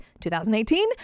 2018